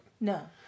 No